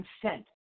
consent